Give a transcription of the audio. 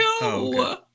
No